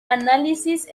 análisis